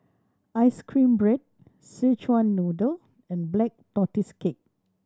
ice cream bread Szechuan Noodle and Black Tortoise Cake